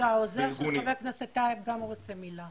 העוזר של חבר הכנסת טייב רוצה לומר מילה.